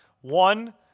One